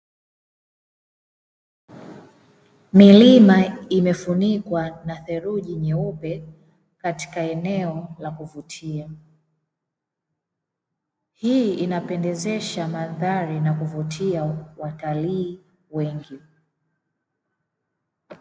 Milima imefunikwa na theruji nyeupe katika eneo la kuvutia, hii inapendezesha mandhari na kuvutia watalii wengi.